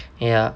ya